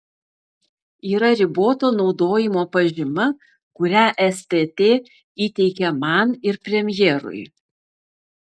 yra riboto naudojimo pažyma kurią stt įteikė man ir premjerui